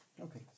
Okay